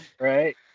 Right